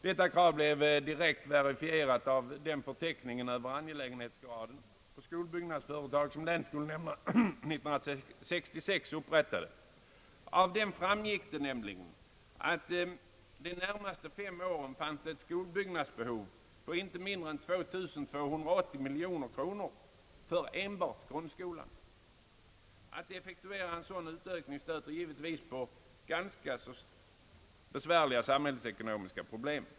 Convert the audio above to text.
Detta krav blev direkt verifierat av den förteckning över angelägenhetsgraderade skolbyggnadsföretag som länsskolnämnderna 1966 upprättade. Av den framgick det nämligen, att det för de närmaste fem åren fanns ett skolbyggnadsbehov på inte mindre än 2 280 miljoner kronor för enbart grundskolan. Att effektuera en sådan utökning stöter givetvis på ganska besvärliga samhällsekonomiska problem.